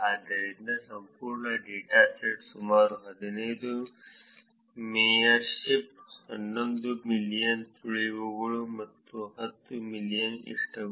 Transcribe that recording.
ಆದ್ದರಿಂದ ಸಂಪೂರ್ಣ ಡೇಟಾಸೆಟ್ ಸುಮಾರು 15 ಮಿಲಿಯನ್ ಮೇಯರ್ಶಿಪ್ಗಳು 11 ಮಿಲಿಯನ್ ಸುಳಿವುಗಳು ಮತ್ತು ಹತ್ತು ಮಿಲಿಯನ್ ಇಷ್ಟಗಳು